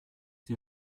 die